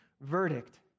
verdict